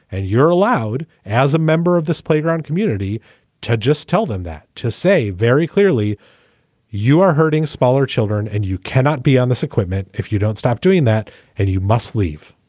and you're allowed as a member of this playground community to just tell them that to say very clearly you are hurting smaller children and you cannot be on this equipment. if you don't stop doing that and you must leave.